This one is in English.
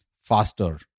faster